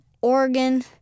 Oregon